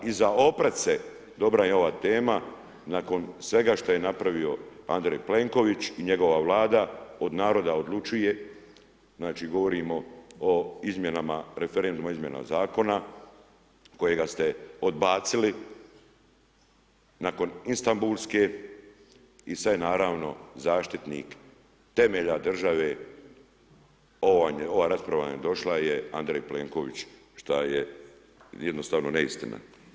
A i za ... se dobra im je ova tema, nakon svega što je napravio Andrej Plenković i njegova Vlada, od naroda odlučuje, znači govorimo o izmjenama, referentnim izmjenama zakona kojega ste odbacili nakon Istanbulske i sada je naravno zaštitnik temelja države, ova rasprava vam je došla, Andrej Plenković šta je, jednostavno neistina.